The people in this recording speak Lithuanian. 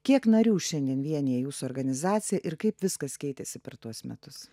kiek narių šiandien vienija jūsų organizacija ir kaip viskas keitėsi per tuos metus